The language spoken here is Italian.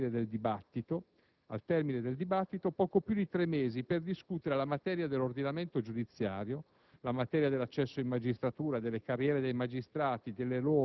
Il Senato avrà, infatti, avuto a disposizione, al termine del dibattito, poco più di tre mesi per discutere la materia dell'ordinamento giudiziario,